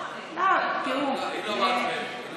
רצית להגיד.